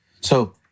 So-